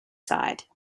side